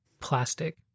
plastic